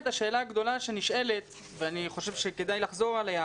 השאלה הגדולה שנשאלת ואני חושב שכדאי לחזור עליה